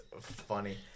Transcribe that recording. funny